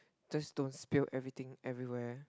just don't spill everything everywhere